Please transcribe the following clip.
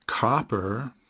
copper